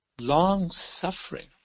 long-suffering